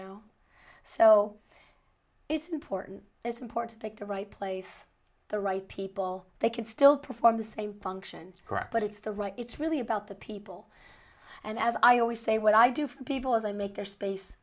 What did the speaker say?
know so it's important they support pick the right place the right people they can still perform the same function crap but it's the right it's really about the people and as i always say what i do for people is i make their space